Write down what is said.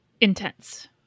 intense